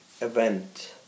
event